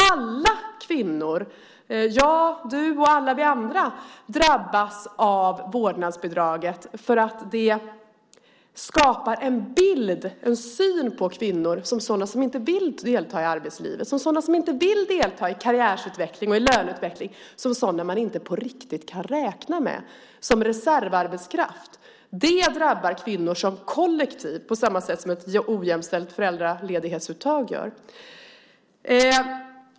Alla kvinnor - jag, du och alla vi andra - drabbas av vårdnadsbidraget för att det skapar en bild av och en syn på kvinnor som sådana som inte vill delta i arbetslivet, i karriärutveckling och i löneutveckling. Det är sådana som man inte på riktigt kan räkna med utan ses som reservarbetskraft. Det drabbar kvinnor som kollektiv på samma sätt som ett ojämställt föräldraledighetsuttag gör.